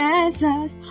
answers